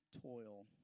toil